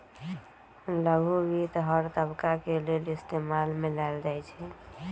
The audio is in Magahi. लघु वित्त हर तबका के लेल इस्तेमाल में लाएल जाई छई